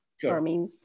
Sure